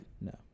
No